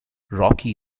rocky